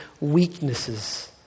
weaknesses